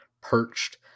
perched